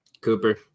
Cooper